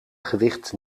gewicht